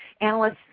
analysts